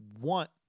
want